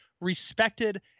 respected